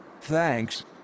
Thanks